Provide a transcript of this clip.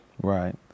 Right